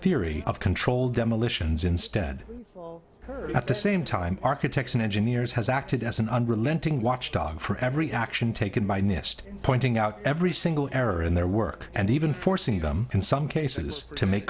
theory of controlled demolitions instead at the same time architects and engineers has acted as an unrelenting watchdog for every action taken by nist pointing out every single error in their work and even forcing them in some cases to make